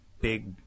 big